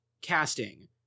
casting